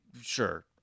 sure